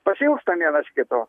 pasiilgstam vienas kito